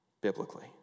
biblically